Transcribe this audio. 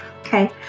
Okay